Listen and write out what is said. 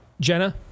Jenna